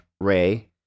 Ray